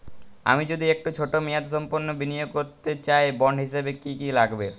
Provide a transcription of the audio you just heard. আমি যদি একটু ছোট মেয়াদসম্পন্ন বিনিয়োগ করতে চাই বন্ড হিসেবে কী কী লাগবে?